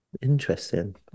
Interesting